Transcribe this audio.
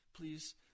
please